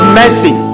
mercy